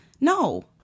No